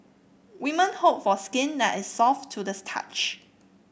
women hope for skin that is soft to the